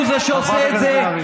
הוא שעושה את זה,